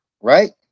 right